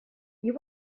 you